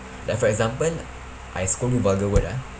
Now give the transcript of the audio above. like for example I scold vulgar word ah